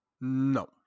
No